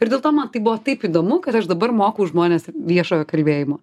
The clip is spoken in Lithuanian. ir dėl to man tai buvo taip įdomu kad aš dabar mokau žmones viešojo kalbėjimo